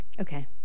okay